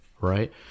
right